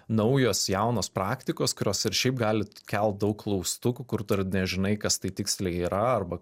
naujos jaunos praktikos kurios ir šiaip galit kelt daug klaustukų kur dar nežinai kas tai tiksliai yra arba